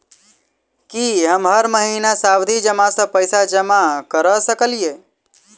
की हम हर महीना सावधि जमा सँ पैसा जमा करऽ सकलिये?